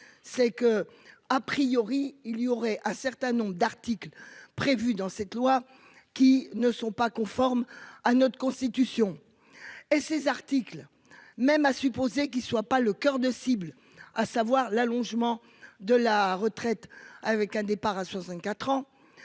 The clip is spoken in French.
c'est que a priori il y aurait un certain nombre d'articles prévue dans cette loi qui ne sont pas conformes à notre constitution et ses articles. Même à supposer qu'ils soient pas le coeur de cible, à savoir l'allongement de la retraite avec un départ à 64 ans.